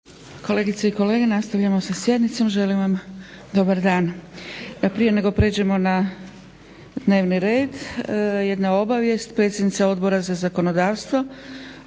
Kolegice i kolege, nastavljamo sa sjednicom. Želim vam dobar dan. Prije nego pređemo na dnevni red jedna obavijest. Predsjednica Odbor za zakonodavstvo